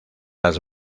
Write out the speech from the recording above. las